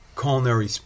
culinary